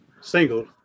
Single